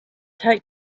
take